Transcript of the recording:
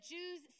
Jews